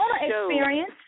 experience